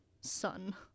son